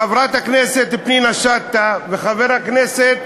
חברת הכנסת פנינה שטה וחבר הכנסת